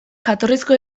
jatorrizko